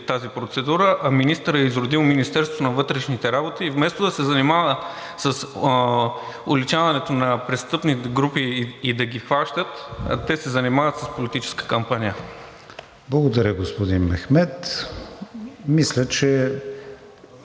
тази процедура, а министърът е изродил Министерството на вътрешните работи и вместо да се занимават с уличаването на престъпни групи и да ги хващат, те се занимават с политическа кампания. ПРЕДСЕДАТЕЛ КРИСТИАН ВИГЕНИН: Благодаря, господин Мехмед. Мисля, че